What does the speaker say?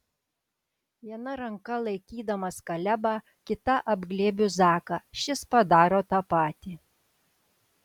viena ranka laikydamas kalebą kita apglėbiu zaką šis padaro tą patį